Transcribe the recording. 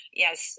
yes